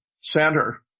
center